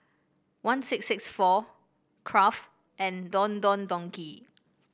one six six four Kraft and Don Don Donki